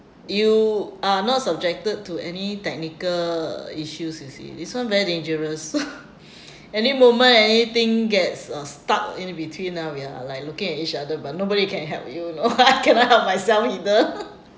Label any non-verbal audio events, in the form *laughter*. you are not subjected to any technical issues you see this one very dangerous *laughs* *breath* any moment anything gets uh stuck in between ah we are like looking at each other but nobody can help you you know *laughs* I cannot help myself either *laughs*